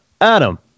Adam